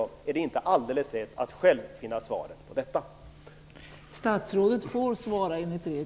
Det är nämligen inte alldeles lätt att själv finna svaret på detta när man läser direktiven.